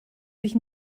sich